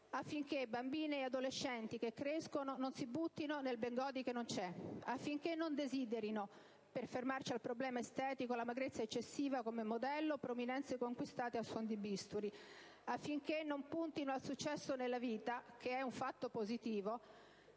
affinché bambine e adolescenti che crescono non si buttino nel Bengodi che non c'è; affinché non desiderino, per fermarci al problema estetico, la magrezza eccessiva come modello o prominenze conquistate a suon di bisturi; affinché non puntino al successo nella vita (che è un fatto positivo)